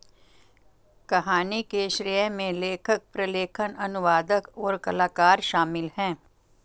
कहानी के श्रेय में लेखक, प्रलेखन, अनुवादक, और कलाकार शामिल हैं